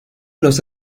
los